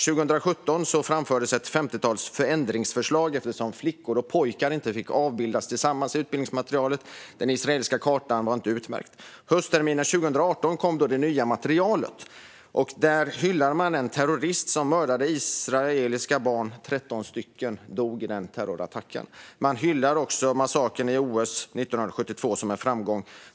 År 2017 framfördes ett femtiotal förändringsförslag, eftersom flickor och pojkar inte fick avbildas tillsammans i utbildningsmaterialet och den israeliska kartan inte var utmärkt. Höstterminen 2018 kom det nya materialet. Där hyllar man en terrorist som mördat israeliska barn - 13 stycken dog i den terrorattacken. Man hyllar också massakern under OS 1972 som en framgång.